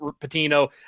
Patino